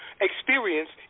experienced